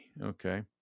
Okay